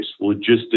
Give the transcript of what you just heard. logistics